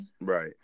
right